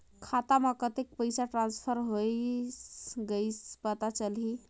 खाता म कतेक पइसा ट्रांसफर होईस कइसे पता चलही?